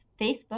Facebook